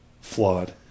flawed